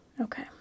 Okay